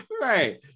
Right